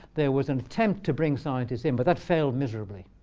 there was an attempt to bring scientists in. but that failed miserably,